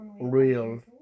real